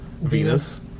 Venus